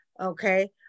Okay